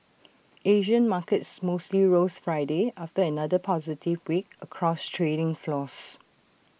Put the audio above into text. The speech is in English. Asian markets mostly rose Friday after another positive week across trading floors